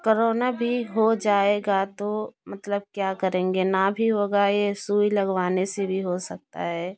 corona भी हो जाएगा तो मतलब क्या करेंगे ना भी होगा ये सुई लगवाने से भी हो सकता है